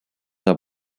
are